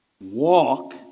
Walk